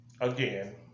again